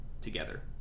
together